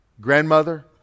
Grandmother